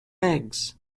eggs